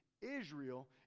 israel